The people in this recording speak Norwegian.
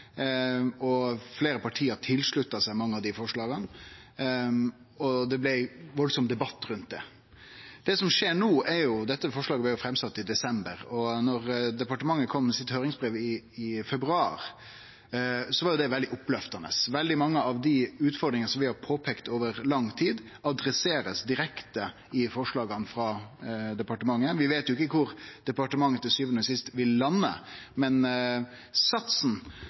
Fleire parti slutta seg til mange av dei forslaga, og det blei ein veldig debatt rundt det. Dette forslaget blei sett fram i desember, og da departementet kom med høyringsbrevet i februar, var det veldig oppløftande. Veldig mange av dei utfordringane vi har peika på over lang tid, blir tekne direkte tak i i forslaga frå departementet. Vi veit jo ikkje kvar departementet til sjuande og sist vil lande, men satsen